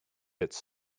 its